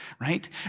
right